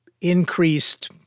increased